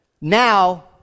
now